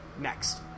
Next